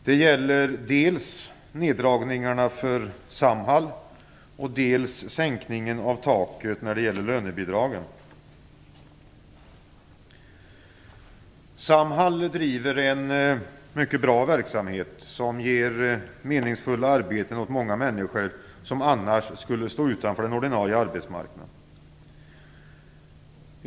Det gäller dels neddragningarna för Samhall, dels sänkningen av taket för lönebidragen. Samhall driver en mycket bra verksamhet, som ger meningsfulla arbeten åt många människor som annars skulle stå utanför den ordinarie arbetsmarknaden.